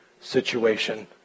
situation